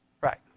Right